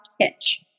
pitch